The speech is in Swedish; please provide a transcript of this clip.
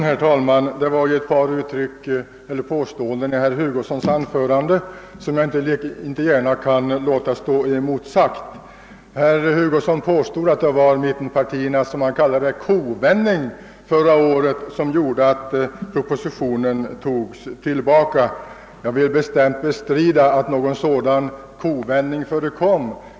Herr talman! Ett par påståenden i herr Hugossons anförande kan jag inte gärna låta stå oemotsagda. Herr Hugosson gjorde gällande att det var mittenpartiernas kovändning — som han kallade det — förra året, som gjorde att propositionen togs tillbaka. Jag vill bestämt bestrida att någon kovändning förekom.